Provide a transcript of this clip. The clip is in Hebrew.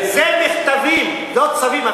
זה מכתבים, לא צווים.